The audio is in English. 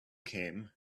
came